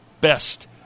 best